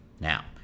Now